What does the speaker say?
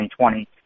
2020